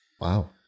Wow